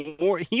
more